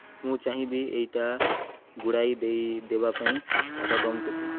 ମୁଁ ଚାହିଁବି ଏଇଟା ଗୁଡ଼ାଇ ଦେଇ ଦେବା ପାଇଁ ତା'ର ଦମ୍ କେତେ